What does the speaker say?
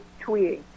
tweeting